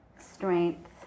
strength